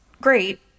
great